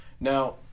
Now